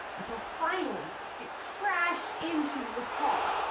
until finally, it crashed into nepal.